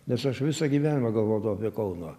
nes aš visą gyvenimą galvodavau apie kauną